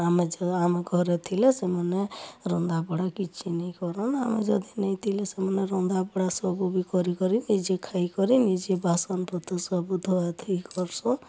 ଆମେ ଯେ ଆମେ ଘରେ ଥିଲେ ସେମାନେ ରନ୍ଧା ବଢ଼ା କିଛି ନାଇଁ କରନ୍ ଆମେ ଯଦି ନେଇ ଥିଲେ ସେମାନେ ରନ୍ଧା ବଢ଼ା ସବୁ ବି କରି କରି ନିଜେ ଖାଇ କରି ନିଜେ ବାସନ ପତର୍ ସବୁ ଧୁଆ ଧୁଇ କରସନ୍